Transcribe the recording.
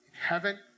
heaven